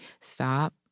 stop